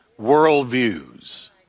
worldviews